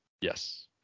Yes